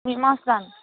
ᱢᱤᱜ ᱢᱟᱥ ᱜᱟᱱ